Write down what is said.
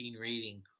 rating